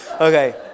okay